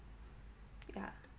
yeah